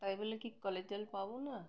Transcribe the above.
তাই বলে কি কলের জল পাবো না